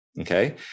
okay